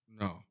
No